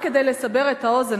רק כדי לסבר את האוזן,